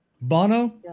Bono